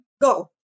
go